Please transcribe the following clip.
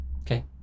okay